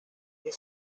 his